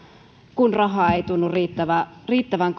kun rahaa ei tunnu riittävän